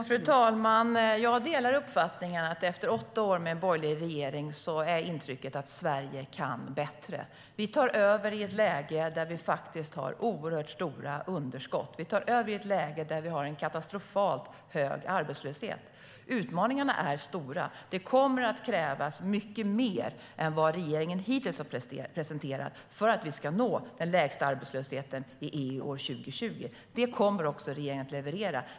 Fru talman! Jag delar uppfattningen att intrycket efter åtta år med en borgerlig regering är att Sverige kan bättre. Vi tar över i ett läge där vi har oerhört stora underskott. Vi tar över i ett läge där vi har katastrofalt hög arbetslöshet. Utmaningarna är stora. Det kommer att krävas mycket mer än vad regeringen hittills har presenterat för att vi ska nå den lägsta arbetslösheten i EU år 2020. Det kommer regeringen också att leverera.